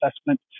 assessment